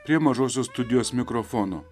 prie mažosios studijos mikrofono